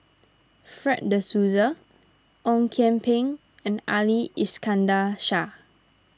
Fred De Souza Ong Kian Peng and Ali Iskandar Shah